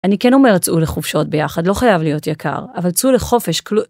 אני כן אומרת, צאו לחופשות ביחד, לא חייב להיות יקר, אבל צאו לחופש.